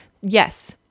Yes